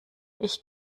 ich